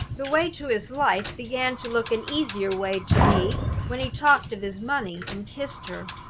the way to his life began to look an easier way to me when he talked of his money, and kissed her.